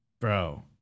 Bro